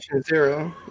zero